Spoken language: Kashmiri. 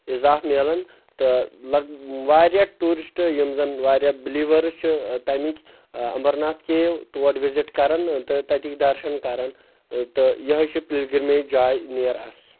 اضافہٕ ملان تہٕ لگ واریاہ ٹیٚورسٹ یِم زن وارہاہ بِلیوٲرٕس چھِ تمیِکۍ امبرناتھ کیو تور وِزٹ کران تہٕ تتٕکۍ درشن کران تہٕ یہے چھِ پلگرٚمیج جاے نِیَر اس